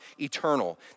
eternal